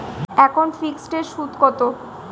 এখন ফিকসড এর সুদ কত?